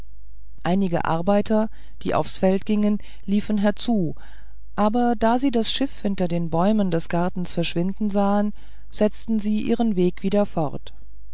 einige arbeiter die aufs feld gingen liefen herzu aber da sie das schiff hinter den bäumen des gartens verschwinden sahen setzten sie ihren weg wieder fort